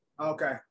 okay